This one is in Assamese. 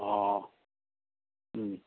অঁ